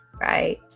right